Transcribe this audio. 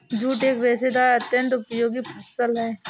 jute एक रेशेदार अत्यन्त उपयोगी फसल है